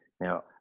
Now